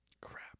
crap